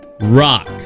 rock